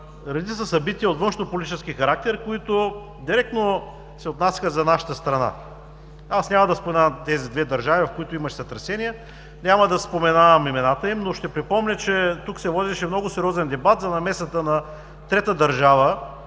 редица събития от външнополитически характер, които директно се отнасяха за нашата страна. Аз няма да споменавам тези две държави, в които имаше сътресения, няма да споменавам имената им, но ще припомня, че тук се водеше много сериозен дебат за намесата на трета държава